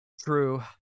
True